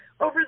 over